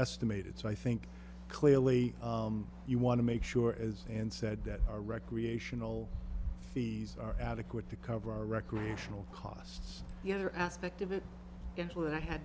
estimated so i think clearly you want to make sure as and said that our recreational fees are adequate to cover our recreational costs the other aspect of it and for that i had